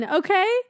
okay